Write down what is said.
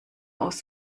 aus